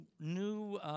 new